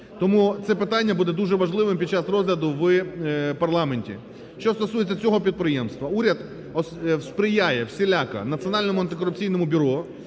Тому це питання буде дуже важливим під час розгляду в парламенті. Що стосується цього підприємства, уряд сприяє всіляко Національному антикорупційному бюро